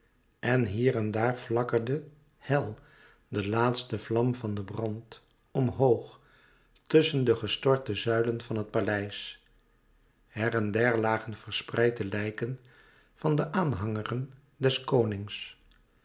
en hier en daar flakkerde hel de laatste vlam van den brand omhoog tusschen de gestorte zuilen van het paleis her en der lagen verspreid de lijken van de aanhangeren des konings